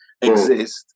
exist